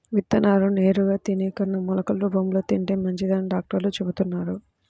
విత్తనాలను నేరుగా తినే కన్నా మొలకలు రూపంలో తింటే మంచిదని డాక్టర్లు చెబుతున్నారు